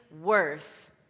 worth